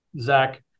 Zach